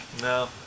No